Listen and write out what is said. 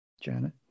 Janet